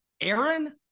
Aaron